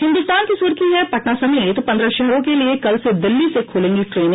हिन्द्रस्तान की सुर्खी है पटना समेत पन्द्रह शहरों के लिए कल से दिल्ली से खुलेंगी ट्रेने